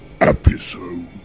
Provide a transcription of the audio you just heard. episode